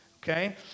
Okay